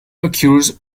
occurs